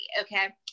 okay